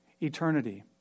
eternity